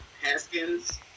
Haskins